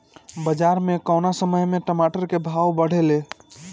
बाजार मे कौना समय मे टमाटर के भाव बढ़ेले?